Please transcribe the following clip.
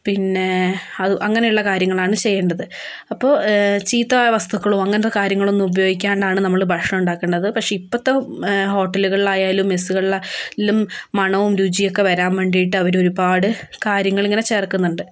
പിന്നെ അങ്ങനെയുള്ള കാര്യങ്ങളാണ് ചെയ്യേണ്ടത് അപ്പോൾ ചീത്ത വസ്തുക്കളോ അങ്ങനത്തെ കാര്യങ്ങളൊന്നും ഉപയോഗിക്കാണ്ടാണ് നമ്മൾ ഭക്ഷണം ഉണ്ടാക്കേണ്ടത് പക്ഷെ ഇപ്പോഴത്തെ ഹോട്ടലുകളിലായാലും മെസ്സുകളിലായാലും മണവും രുചിയും ഒക്കെ വരാൻ വേണ്ടിയിട്ട് അവരൊരുപാട് കാര്യങ്ങൾ ഇങ്ങനെ ചേർക്കുന്നുണ്ട്